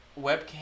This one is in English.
webcam